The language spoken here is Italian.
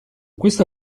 questa